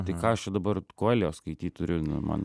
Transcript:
tai ką aš čia dabar coelho skaityt turiu nu man